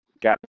got